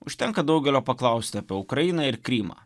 užtenka daugelio paklausti apie ukrainą ir krymą